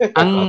ang